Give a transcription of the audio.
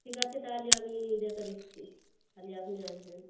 ঠিক আছে তাহলে আমি রেখে দিচ্ছি তাহলে আপনি আসবেন